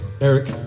Eric